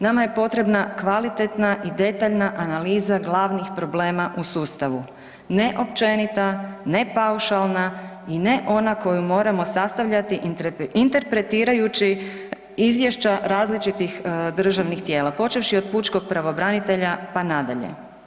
Nama je potrebna kvalitetna i detaljna analiza glavnih problema u sustavu, ne općenita, ne paušalna i ne ona koju moramo sastavljati interpretirajući izvješća različitih državnih tijela počevši od pučkog pravobranitelja, pa nadalje.